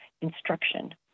instruction